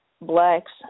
blacks